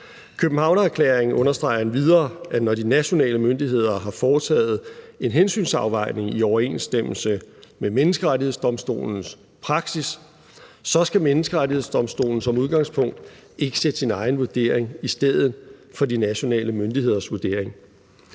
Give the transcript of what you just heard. Københavnererklæringen understreger endvidere, at når de nationale myndigheder har foretaget en hensynsafvejning i overensstemmelse med Menneskerettighedsdomstolens praksis, skal Menneskerettighedsdomstolen som udgangspunkt ikke sætte sin egen vurdering i stedet for de nationale myndigheders vurdering.